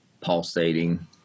pulsating